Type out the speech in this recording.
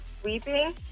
sweeping